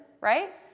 right